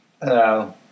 Hello